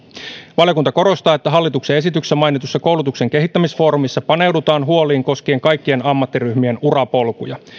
valiokunta korostaa että hallituksen esityksessä mainitussa koulutuksen kehittämisfoorumissa paneudutaan huoliin koskien kaikkien ammattiryhmien urapolkuja